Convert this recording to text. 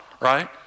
right